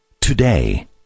Today